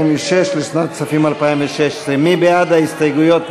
46 לשנת הכספים 2016. מי בעד ההסתייגויות?